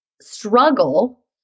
struggle